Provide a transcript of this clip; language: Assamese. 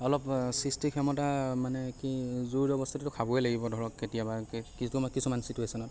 অলপ সৃষ্টি ক্ষমতা মানে কি জোৰ জবৰদস্তিতো খাবই লাগিব ধৰক কেতিয়াবা কিছুমান কিছুমান ছিটুৱেশ্যনত